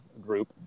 group